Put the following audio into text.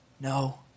No